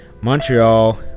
Montreal